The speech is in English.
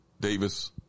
Davis